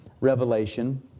revelation